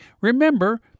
Remember